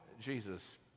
Jesus